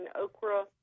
okra